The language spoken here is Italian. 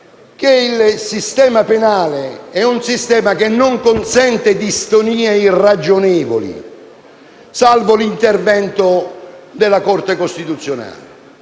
che il sistema penale non consente distonie irragionevoli, salvo l'intervento della Corte costituzionale.